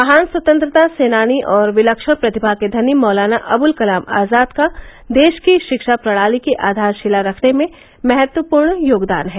महान स्वतंत्रता सेनानी और विलक्षण प्रतिभा के धनी मौलाना अबुल कलाम आजाद का देश की शिक्षा प्रणाली की आधारशिला रखने में महत्वपूर्ण योगदान है